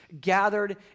gathered